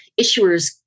issuers